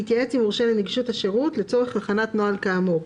יתייעץ עם מורשה לנגישות השירות לצורך הכנת נוהל כאמור.